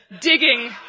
digging